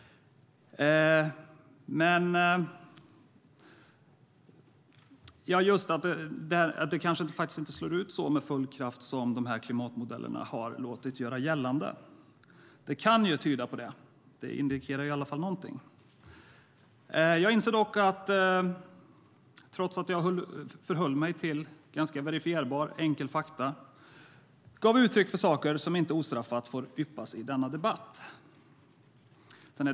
Det kanske inte slår med sådan hård kraft som klimatmodellerna har låtit göra gällande. Det kan tyda på det. Det indikerar i varje fall någonting. Jag inser dock att jag, trots att jag höll mig till ganska verifierbara enkla fakta, gav uttryck för saker som inte ostraffat får yppas i denna debatt.